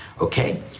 Okay